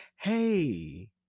hey